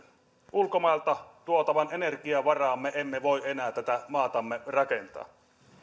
ulkomailta tuotavan energian varaan me emme voi enää tätä maatamme rakentaa